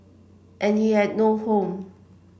and he had no home